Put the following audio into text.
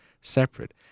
separate